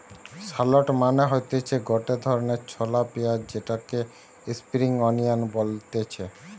shallot মানে হতিছে গটে ধরণের ছলা পেঁয়াজ যেটাকে স্প্রিং আনিয়ান বলতিছে